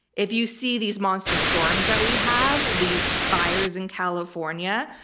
if you see these monster storms that we have, these fires in california,